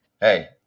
Hey